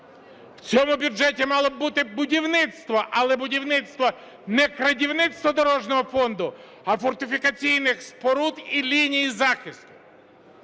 В цьому бюджеті мало б бути будівництво, але будівництво не крадівництво дорожнього фонду, а фортифікаційних споруд і ліній захисту.